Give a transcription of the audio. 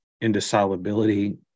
indissolubility